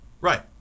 right